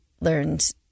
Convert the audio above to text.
learned